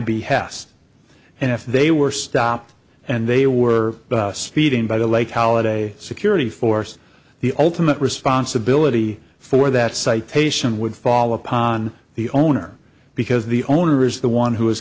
hest and if they were stopped and they were speeding by the lake holiday security force the ultimate responsibility for that citation would fall upon the owner because the owner is the one who has